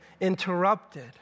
interrupted